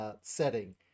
setting